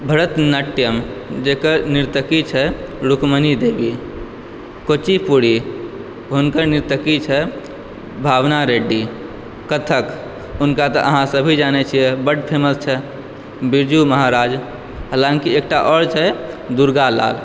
भरतनाट्यम् जेकर नर्तकी छै रुकमणि देवी कुचिपुड़ी हुनकर नर्तकी छै भावना रेड्डी कथक हुनका तऽ अहाँ सभी जानय छियै ओ बड्ड फेमस छै बिरजू महाराज हलाँकि एकटा आओर छै दुर्गा लाल